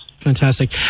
Fantastic